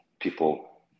people